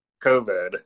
COVID